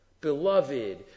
beloved